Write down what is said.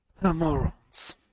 morons